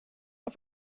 auf